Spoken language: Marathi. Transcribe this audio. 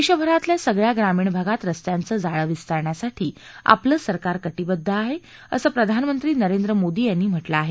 देशभरातल्या सगळ्या ग्रामीण भागात रस्त्यांचं जाळं विस्तारण्यासाठी आपलं सरकार कटीबद्ध आहे असं प्रधानमंत्री नरेंद्र मोदी यांनी म्हटलं आहे